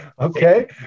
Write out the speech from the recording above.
Okay